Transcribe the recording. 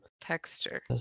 Texture